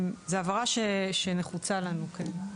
זאת הבהרה שנחוצה לנו.